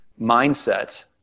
mindset